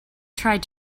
tried